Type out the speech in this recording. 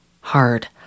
hard